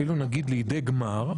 אפילו לידי גמר.